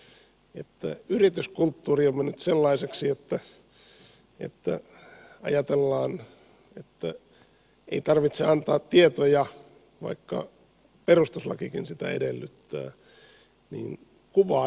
se että yrityskulttuuri on mennyt sellaiseksi että ajatellaan että ei tarvitse antaa tietoja vaikka perustuslakikin sitä edellyttää kuvaa jotakin